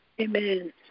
Amen